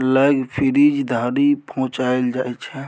लग सँ फ्रीज धरि पहुँचाएल जाइ छै